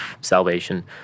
salvation